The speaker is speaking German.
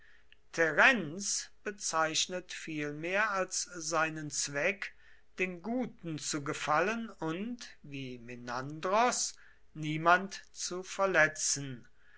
terenz bezeichnet vielmehr als seinen zweck den guten zu gefallen und wie menandros niemand zu verletzen